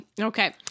Okay